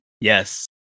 Yes